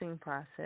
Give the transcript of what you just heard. process